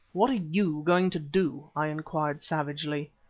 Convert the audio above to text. what are you going to do? i inquired savagely.